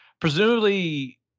Presumably